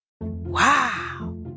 Wow